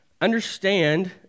Understand